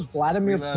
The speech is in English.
Vladimir